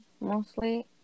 mostly